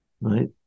right